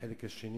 והחלק השני